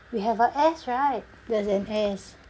we have a S right there's an S